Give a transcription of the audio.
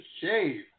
shave